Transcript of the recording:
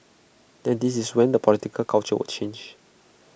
and this is when the political culture will change